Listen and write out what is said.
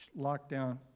lockdown